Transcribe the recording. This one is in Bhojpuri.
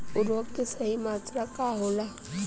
उर्वरक के सही मात्रा का होला?